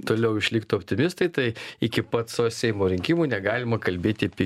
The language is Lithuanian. toliau išliktų optimistai tai iki pat savo seimo rinkimų negalima kalbėti apie